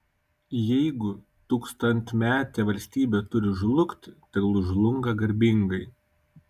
jeigu tūkstantmetė valstybė turi žlugti tegul žlunga garbingai